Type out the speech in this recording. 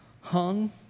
hung